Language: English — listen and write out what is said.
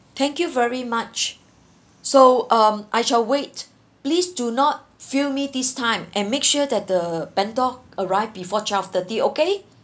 thank you very much so um I shall wait please do not fail me this time and make sure that the bento arrived before twelve thirty okay